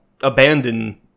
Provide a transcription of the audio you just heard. abandon